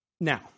Now